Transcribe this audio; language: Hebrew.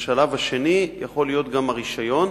בשלב השני יכול להיות גם הרשיון,